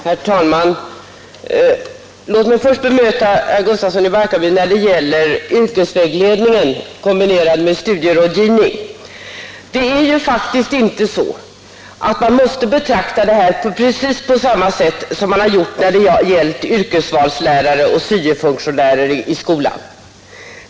Herr talman! Låt mig först bemöta herr Gustafsson i Barkarby när det gäller yrkesvägledning kombinerad med studierådgivning. Det är faktiskt inte så att man måste betrakta detta precis på samma sätt som man ser på yrkesvalslärare och syo-funktionärer i skolan.